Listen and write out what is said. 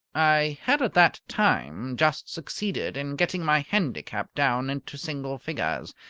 i had at that time just succeeded in getting my handicap down into single figures,